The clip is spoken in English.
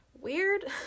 weird